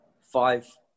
five